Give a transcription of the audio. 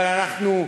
אבל אנחנו,